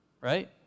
right